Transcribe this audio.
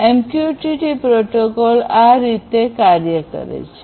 MQTT protocol આ રીતે કાર્ય કરે છે